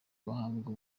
bahabwa